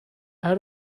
out